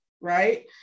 right